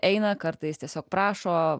eina kartais tiesiog prašo